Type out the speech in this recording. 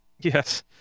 yes